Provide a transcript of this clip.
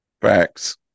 Facts